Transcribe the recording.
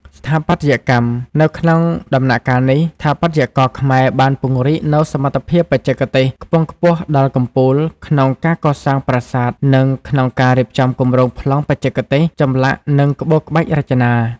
ស្ថាបត្យកម្ម នៅក្នុងដំណាក់កាលនេះ ស្ថាបត្យករខ្មែរបានពង្រីកនូវសមត្ថភាពបច្ចេកទេសខ្ពង់ខ្ពស់ដល់កំពូលក្នុងការកសាងប្រាសាទ និង ក្នុងការ រៀបចំគម្រោងប្លង់បច្ចេកទេស ចម្លាក់និងក្បូរក្បាច់រចនា។